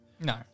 No